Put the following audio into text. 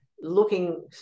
looking